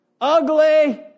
ugly